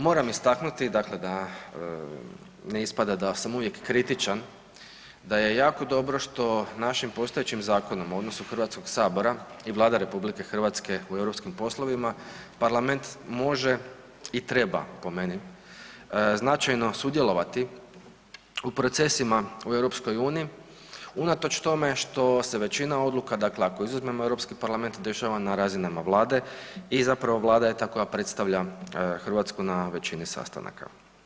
Moram istaknuti dakle da ne ispada da sam uvijek kritičan, da je jako dobro što našim postojećim zakonom o odnosu Hrvatskog sabora i Vlada RH u europskim poslovima parlament može i treba po meni značajno sudjelovati u procesima u EU unatoč tome što se većina odluka, dakle ako izuzmemo Europski parlament dešava na razinama Vlade i zapravo Vlada je ta koja predstavlja Hrvatsku na većini sastanaka.